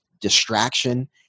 distraction